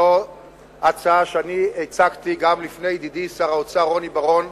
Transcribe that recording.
זאת הצעה שאני הצגתי גם בפני ידידי שר האוצר רוני בר-און,